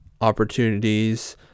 opportunities